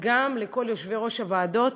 וגם לכל יושבי-ראש הוועדות,